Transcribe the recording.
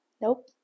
Nope